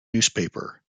newspaper